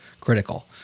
critical